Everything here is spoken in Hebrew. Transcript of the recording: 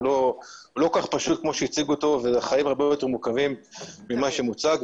הוא לא כל כך פשוט כמו שהציגו אותו והחיים הרבה יותר מורכבים ממה שמוצג.